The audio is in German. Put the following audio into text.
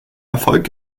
erfolg